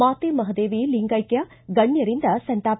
ಮಾತೆ ಮಹಾದೇವಿ ಲಿಂಗೈಕ್ವ ಗಣ್ಯರಿಂದ ಸಂತಾಪ